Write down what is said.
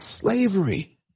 slavery